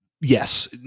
yes